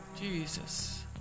Jesus